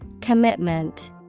Commitment